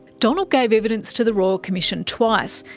donald gave evidence to the royal commission twice,